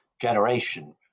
generation